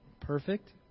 perfect